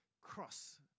cross